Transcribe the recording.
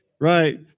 Right